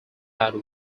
out